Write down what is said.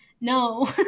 no